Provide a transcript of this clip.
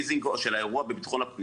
ככה מתייחסים ברצינות לוועדה לביטחון פנים.